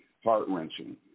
Heart-wrenching